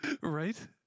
right